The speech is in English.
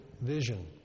vision